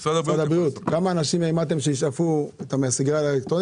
כמה אנשים העמדתם כדי שישאפו מהסיגריה האלקטרונית